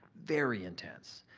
very intense.